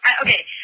Okay